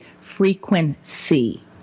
frequency